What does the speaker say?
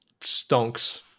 stonks